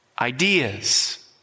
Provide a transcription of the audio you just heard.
Ideas